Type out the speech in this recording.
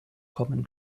kommen